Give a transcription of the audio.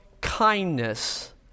kindness